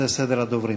זה סדר הדוברים.